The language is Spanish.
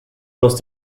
los